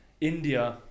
India